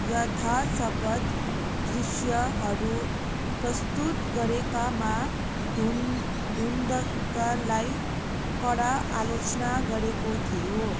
यधा सपत दृश्यहरू प्रस्तुत गरेकामा ढुन ढुन्डकलाई कडा आलोचना गरेको थियो